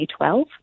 2012